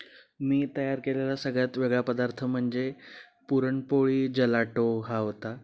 मी तयार केलेला सगळ्यात वेगळा पदार्थ म्हणजे पुरणपोळी जलाटो हा होता